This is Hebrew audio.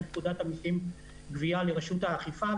פקודת המסים (גבייה) אל רשות האכיפה.